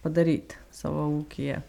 padaryt savo ūkyje